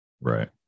Right